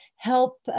help